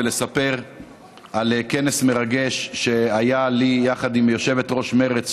ולספר על כנס מרגש שהיה לי יחד עם יושבת-ראש מרצ,